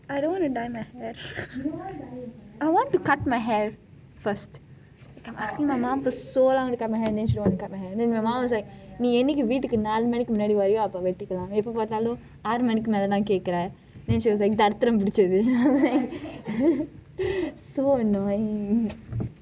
I don't want to dye my hair I want to cut my hair first I have been asking my mum for so long to cut my hair then she don't want to cut my hair then my mum was like நீ என்னக்கி வீட்டுக்கு நாளு மணிக்கு முன்னாடி வரியோ அப்போ வெட்டிக்கலாம் எப்பே பார்த்தாலும் ஆறு மணிக்கு மேலே தான் கேட்கிறேன்:ni enakki vidukku naalu maniku munnadi variyi appo vettikalam eppai paarthalum aaru maniku melai thaan ketkiraen then she was like தருத்திறம் பிடிச்சது:tharuthiram pidichathu so annoying